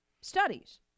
studies